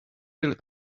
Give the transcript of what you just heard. really